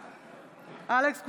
בעד אלכס קושניר,